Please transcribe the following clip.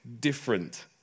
different